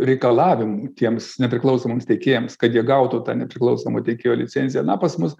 reikalavimų tiems nepriklausomiems tiekėjams kad jie gautų tą nepriklausomo tiekėjo licenciją na pas mus